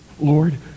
Lord